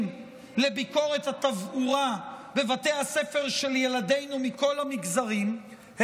לביקורת התברואה בבתי הספר של ילדינו מכל המגזרים,